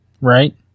right